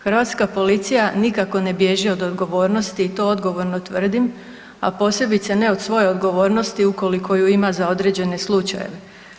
Hrvatska policija nikako ne bježi od odgovornosti i to odgovorno tvrdim, a posebice ne od svoje odgovornosti ukoliko ju ima za određene slučajeve.